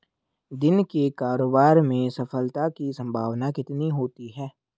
दिन के कारोबार में सफलता की संभावना कितनी होती है?